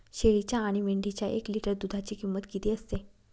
शेळीच्या आणि मेंढीच्या एक लिटर दूधाची किंमत किती असते?